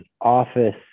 office